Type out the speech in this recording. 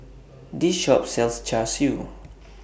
This Shop sells Char Siu